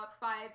five